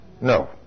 No